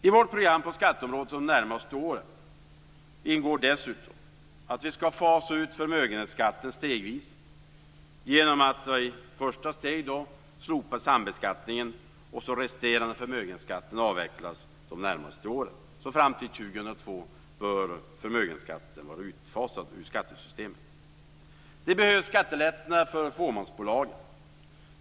I vårt program på skatteområdet de närmaste åren ingår dessutom att vi skall fasa ut förmögenhetsskatten stegvis genom att i ett första steg slopa sambeskattningen. Den resterande förmögenhetsskatten avvecklas de närmaste åren. Fram till 2002 bör förmögenhetsskatten vara utfasad ur skattesystemet. Det behövs skattelättnader för fåmansbolagen.